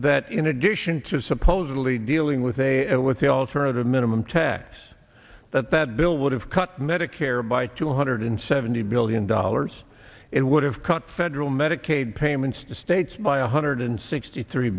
that in addition to supposedly dealing with a and with the alternative minimum tax that that bill would have cut medicare by two hundred seventy billion dollars it would have cut federal medicaid payments to states by one hundred sixty three